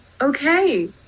okay